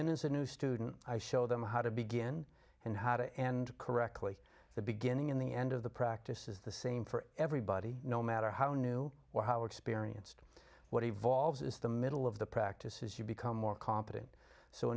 in as a new student i show them how to begin and how to end correctly the beginning in the end of the practice is the same for everybody no matter how new or how experienced what evolves is the middle of the practice as you become more competent so